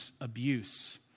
abuse